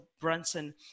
Brunson